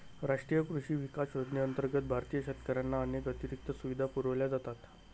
राष्ट्रीय कृषी विकास योजनेअंतर्गत भारतीय शेतकऱ्यांना अनेक अतिरिक्त सुविधा पुरवल्या जातात